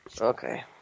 Okay